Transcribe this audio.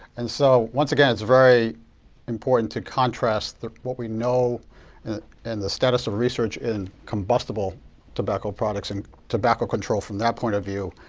and so once again, it's very important to contrast what we know and the status of research in combustible tobacco products and tobacco control from that point of view,